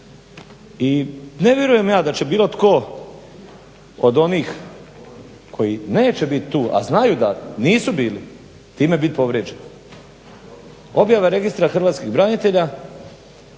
I ne vjerujem ja da će bilo tko od onih koji neće bit tu, a znaju da nisu bili time bit povrijeđeni. Objava Registra hrvatskih branitelja